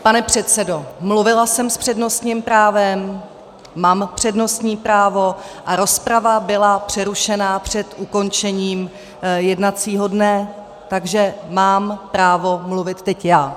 Pane předsedo, mluvila jsem s přednostním právem, mám přednostní právo a rozprava byla přerušena před ukončením jednacího dne, takže mám právo mluvit teď já.